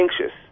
anxious